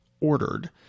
ordered